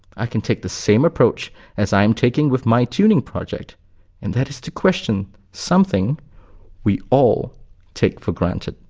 i can take the same approach as i am taking with my tuning project and that is to question something we all take for granted.